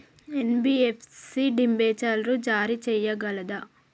NBFC డిబెంచర్లు జారీ చేయగలదా?